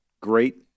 great